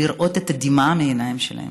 לראות את הדמעה בעיניים שלהם,